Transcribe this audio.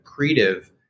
accretive